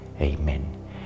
Amen